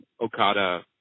Okada